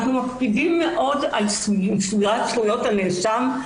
אנחנו מקפידים מאוד על שמירת זכויות הנאשם.